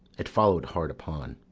it follow'd hard upon.